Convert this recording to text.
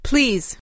Please